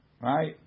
Right